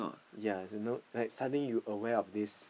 yea a no like suddenly you aware of this